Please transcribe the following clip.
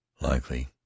Likely